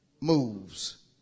moves